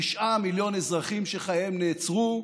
תשעה מיליון אזרחים שחייהם נעצרו,